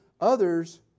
others